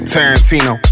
Tarantino